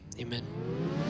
amen